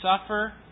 suffer